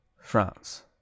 france